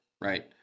right